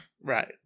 Right